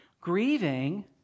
Grieving